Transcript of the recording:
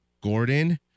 Gordon